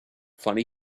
funny